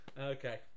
Okay